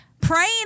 praying